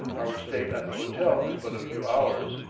our stay at the hotel is but a few hours,